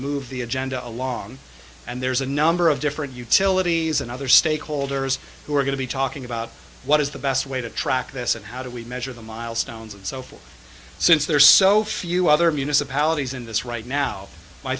move the agenda along and there's a number of different utilities and other stakeholders who are going to be talking about what is the best way to track this and how do we measure the milestones and so forth since there are so few other municipalities in this right now my